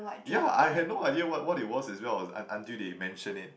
ya I had no idea what what it was as well un~ until they mentioned it